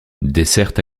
desserte